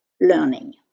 learning